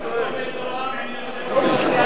הכול מתואם עם יושב-ראש הסיעה.